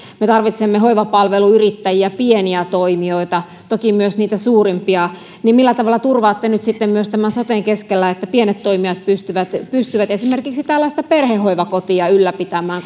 me tarvitsemme hoivapalveluyrittäjiä pieniä toimijoita toki myös niitä suurimpia millä tavalla turvaatte nyt sitten tämän soten keskellä että myös pienet toimijat pystyvät esimerkiksi perhehoivakotia ylläpitämään